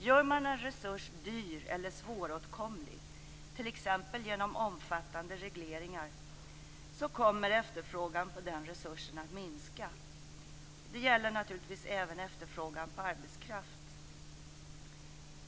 Gör man en resurs dyr eller svåråtkomlig, t.ex. genom omfattande regleringar, kommer efterfrågan på den resursen att minska. Detta gäller naturligtvis även efterfrågan på arbetskraft.